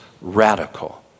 radical